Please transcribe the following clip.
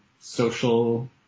social